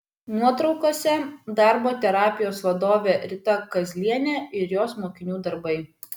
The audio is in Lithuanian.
nuotraukose darbo terapijos vadovė rita kazlienė ir jos mokinių darbai